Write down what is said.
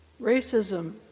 racism